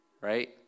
Right